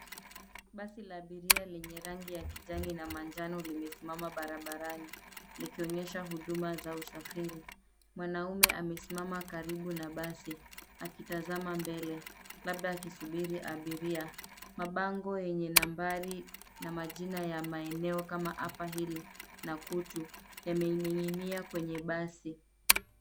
Basi la abiria lenye rangi ya kijani na manjano limesimama barabarani likionyesha huduma za usafiri. Mwanaume amesimama karibu na basi akitazama mbele labda akisubiri abiria. Mabango yenye nambari na majina ya maeneo kama Upperhill, Nakutu yameining'inia kwenye basi.